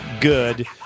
good